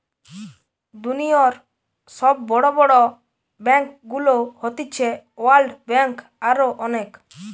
দুনিয়র সব বড় বড় ব্যাংকগুলো হতিছে ওয়ার্ল্ড ব্যাঙ্ক, আরো অনেক